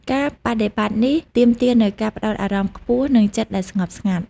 ការបដិបត្តិនេះទាមទារនូវការផ្តោតអារម្មណ៍ខ្ពស់និងចិត្តដែលស្ងប់ស្ងាត់។